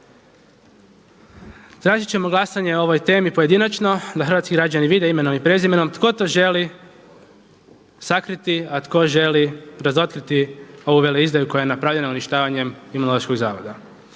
Tražit ćemo glasanje o ovoj temi pojedinačno, da hrvatski građani vide imenom i prezimenom tko to želi sakriti, a tko želi razotkriti ovu veleizdaju koja je napravljena uništavanjem Imunološkog zavoda.